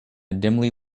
dimly